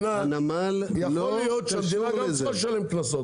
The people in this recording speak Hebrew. על הגבול שהנמל ישלם קנסות.